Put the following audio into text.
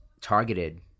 targeted